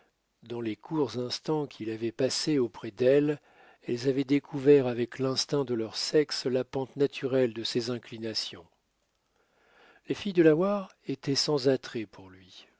dans les courts instants qu'il avait passés auprès d'elle elles avaient découvert avec l'instinct de leur sexe la pente naturelle de ses inclinations les filles delawares étaient sans attraits pour lui